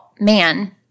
man